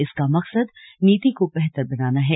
इसका मकसद नीति को बेहतर बनाना है